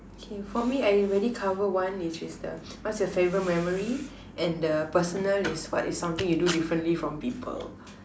K for me I already covered one which is the what's your favourite memory and the personal is what is something you do differently from people